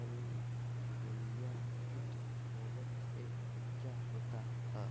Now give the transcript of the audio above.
गलगलिया किट होबत है तो क्या होता ह?